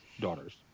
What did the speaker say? daughters